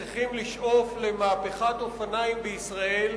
צריכים לשאוף למהפכת אופניים בישראל,